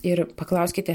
ir paklauskite